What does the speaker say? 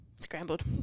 Scrambled